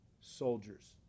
soldiers